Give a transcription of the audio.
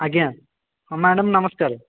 ଆଜ୍ଞା ହଁ ମ୍ୟାଡ଼ାମ ନମସ୍କାର